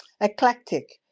eclectic